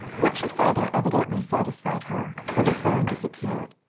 what she saw there evidently satisfied her, for the frown disappeared.